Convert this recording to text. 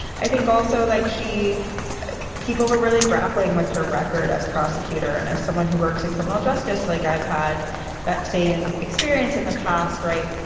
i think also, like she people were really grappling with her record as a prosecutor and as someone who works in criminal justice, like i've had that same experience in the past. right.